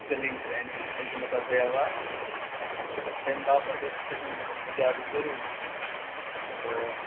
filling یعنی أسۍ دِمو تَتھ دیوار تہٕ تَمہِ باپَتھ اوس تُہُنٛد اِجازت ضروٗری تہٕ